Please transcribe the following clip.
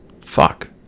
fuck